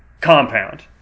Compound